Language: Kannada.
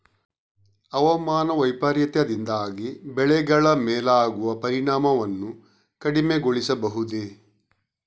ಹವಾಮಾನ ವೈಪರೀತ್ಯದಿಂದಾಗಿ ಬೆಳೆಗಳ ಮೇಲಾಗುವ ಪರಿಣಾಮವನ್ನು ಕಡಿಮೆಗೊಳಿಸಬಹುದೇ?